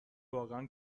واقعا